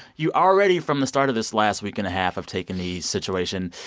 you already, from the start of this last week and a half of take-a-knee situation,